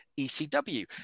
ECW